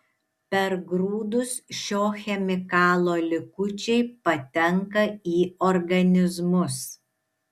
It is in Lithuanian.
per grūdus šio chemikalo likučiai patenka į organizmus